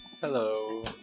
Hello